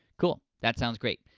cool, that sounds great.